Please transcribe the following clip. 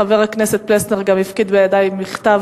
חבר הכנסת פלסנר גם הפקיד בידי מכתב